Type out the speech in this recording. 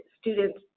students